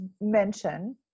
mention